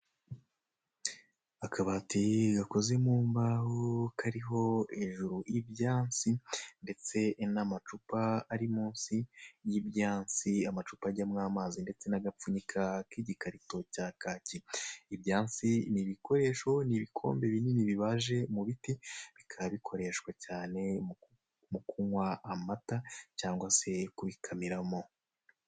Akabati gakoze mu mbaho kariho hejuru ibyansi ndetse n'amacupa ari munsi y'ibyansi, amacupa ajyamo amazi ndetse n'agapfunyika k'igikarito cya kaki. Ibyansi ni ibikoresho, ni ibikombe binini bibaje mu biti, bikaba bikoreshwa cyane mu kunywa amata cyangwa se kubikamiramo.